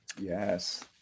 Yes